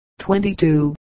22